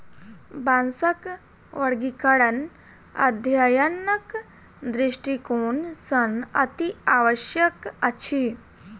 बाँसक वर्गीकरण अध्ययनक दृष्टिकोण सॅ अतिआवश्यक अछि